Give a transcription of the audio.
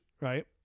right